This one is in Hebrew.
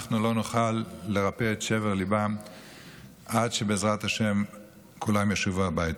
אנחנו לא נוכל לרפא את שבר ליבן עד שבעזרת השם כולם ישובו הביתה,